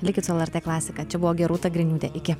likit su lrt klasika čia buvo gerūta griniūtė iki